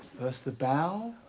first the bow.